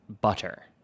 butter